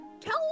tell